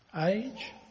Age